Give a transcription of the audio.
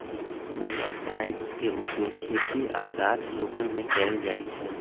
मोलॉक्साइड्स के उपयोग खेती आऽ गाछ रोपे में कएल जाइ छइ